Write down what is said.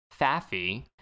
Faffy